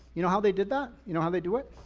you know how they did that? you know how they do it?